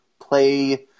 play